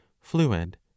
fluid